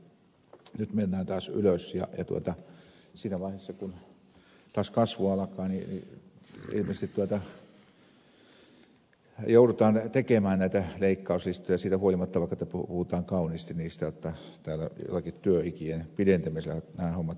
nyt mennään taas ylös ja siinä vaiheessa kun taas kasvu alkaa niin ilmeisesti joudutaan tekemään näitä leikkauslistoja siitä huolimatta että puhutaan kauniisti jotta täällä joillakin työikien pidentämisillä nämä hommat hoidetaan